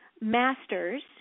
masters